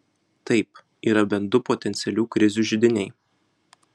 taip yra bent du potencialių krizių židiniai